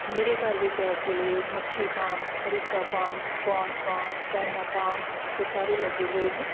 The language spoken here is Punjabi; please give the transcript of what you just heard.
ਮੇਰੇ ਘਰ ਵਿੱਚ ਇਸ ਵੇਲੇ ਮੱਛੀ ਪਾਮ ਅਰੀਕਾ ਪਾਮ ਫਾਂਡਸ ਪਾਮ ਚਾਈਨਾ ਪਾਮ ਇਹ ਸਾਰੇ ਲੱਗੇ ਹੋਏ ਨੇ